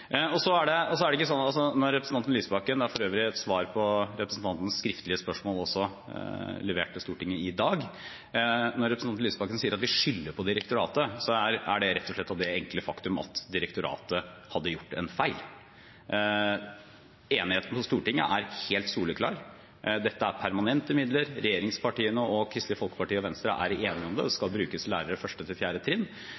Når representanten Lysbakken – jeg har for øvrig levert et svar til Stortinget i dag på representantens skriftlige spørsmål også om dette – sier at vi skylder på direktoratet, er det rett og slett av den enkle grunn at direktoratet hadde gjort en feil. Enigheten på Stortinget er helt soleklar. Dette er permanente midler, regjeringspartiene og Kristelig Folkeparti og Venstre er enige om det. Det